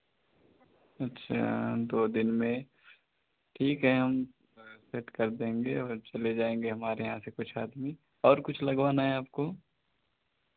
अच्छा दो दिन में ठीक है हम सेट कर देंगे और चले जाएंगे हमारे यहाँ से कुछ आदमी और कुछ लगवाना है आपको